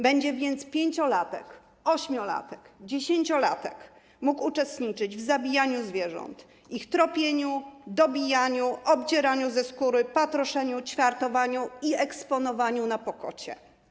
Będzie więc pięciolatek, ośmiolatek, dziesięciolatek mógł uczestniczyć w zabijaniu zwierząt, ich tropieniu, dobijaniu, obdzieraniu ze skóry, patroszeniu, ćwiartowaniu i eksponowaniu na pokocie.